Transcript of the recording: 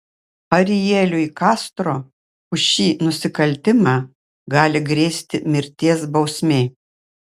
arieliui castro už šį nusikaltimą gali grėsti mirties bausmė